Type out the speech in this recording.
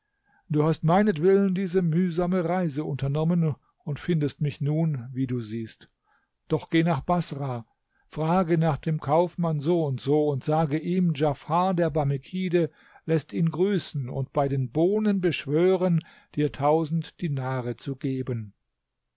du hast meinetwillen diese mühsame reise unternommen und findest mich nun wie du siehst doch geh nach baßrah frage nach dem kaufmann n n und sage ihm djafar der barmekide läßt ihn grüßen und bei den bohnen beschwören dir tausend dinare zu geben